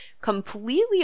completely